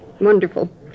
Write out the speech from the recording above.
Wonderful